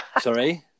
Sorry